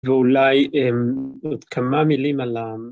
ואולי עוד כמה מילים על ה...